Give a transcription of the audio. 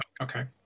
Okay